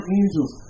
angels